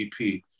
EP